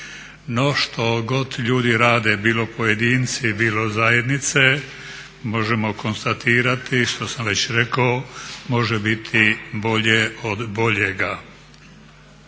No, što god ljudi rade bilo pojedinci, bilo zajednice možemo konstatirati što sam već rekao može biti bolje od boljega.